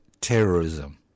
terrorism